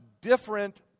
different